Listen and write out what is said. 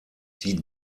die